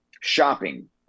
Shopping